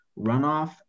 runoff